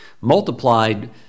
multiplied